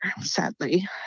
sadly